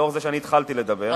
לאור זה שאני התחלתי לדבר.